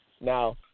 Now